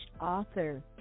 author